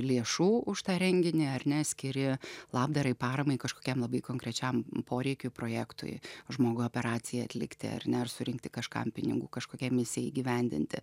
lėšų už tą renginį ar ne skiri labdarai paramai kažkokiam labai konkrečiam poreikiui projektui žmogui operacijai atlikti ar ne ar surinkti kažkam pinigų kažkokiai misijai įgyvendinti